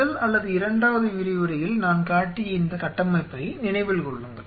முதல் அல்லது இரண்டாவது விரிவுரையில் நான் காட்டிய இந்த கட்டமைப்பை நினைவில் கொள்ளுங்கள்